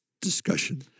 discussion